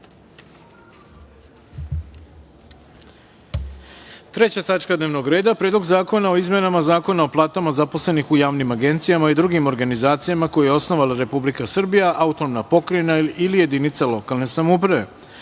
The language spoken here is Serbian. tačka dnevnog reda – Predlog zakona o izmenama Zakona o platama zaposlenih u javnim agencijama i drugim organizacijama koje je osnovala Republika Srbija, autonomna pokrajina ili jedinica lokalne samouprave. Pošto